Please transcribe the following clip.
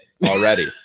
already